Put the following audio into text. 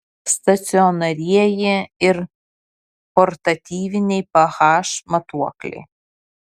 stacionarieji ir portatyviniai ph matuokliai